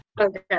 Okay